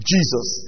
Jesus